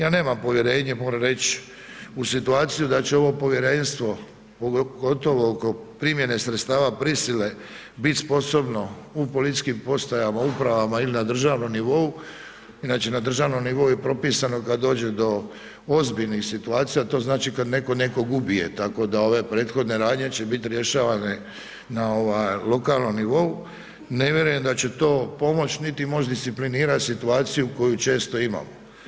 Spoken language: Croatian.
Ja nemam povjerenje moram reć u situaciju da će ovo povjerenstvo pogotovo oko primjene sredstava prisile bit sposobno u policijskim postajama, upravama ili na državnom nivou, inače na državnom nivou je propisano kada dođe do ozbiljnih situacija, a to znači kada neko nekoga ubije, tako da ove prethodne radnje će biti rješavane na lokalnom nivou, ne vjerujem da će to pomoć niti moć disciplinirati situaciju koju često imamo.